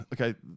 okay